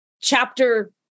chapter